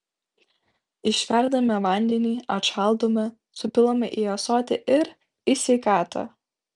išverdame vandenį atšaldome supilame į ąsotį ir į sveikatą